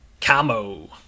Camo